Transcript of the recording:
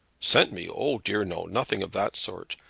sent me! oh dear no nothing of that sort.